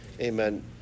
amen